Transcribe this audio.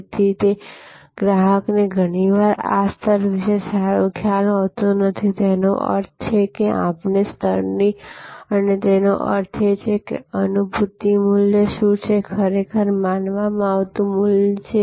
તેથી તેથી ગ્રાહકને ઘણીવાર આ સ્તર વિશે સારો ખ્યાલ હોતો નથીતેનો અર્થ છે આ સ્તરનીતેનો અર્થ એ છે કે અનુભૂતિ મૂલ્ય શું છે ખરેખર માનવામાં આવતું મૂલ્ય છે